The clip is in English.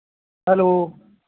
hello